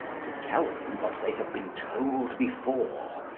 to tell them what they have been told before,